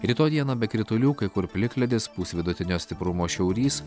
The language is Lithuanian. rytoj dieną be kritulių kai kur plikledis pūs vidutinio stiprumo šiaurys